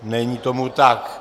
Není tomu tak.